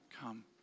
come